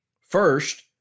First